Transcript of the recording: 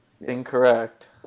Incorrect